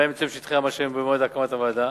שבהם נמצאים שטחי המשאבים במועד הקמת הוועדה,